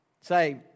Say